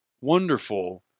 wonderful